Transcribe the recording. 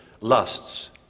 lusts